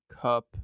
cup